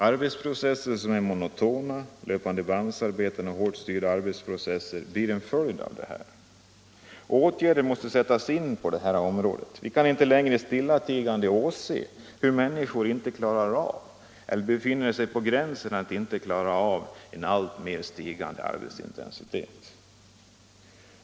Arbetsprocesser som är monotona, löpandebandsarbeten och hårt styrda arbetsprocesser är en följd av detta. Åtgärder måste snarast sättas in på detta område. Vi kan inte längre stillatigande åse hur människor inte klarar av eller befinner sig på gränsen att inte klara av en alltmer stigande arbetsintensitet.